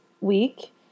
week